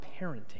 parenting